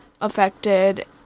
affected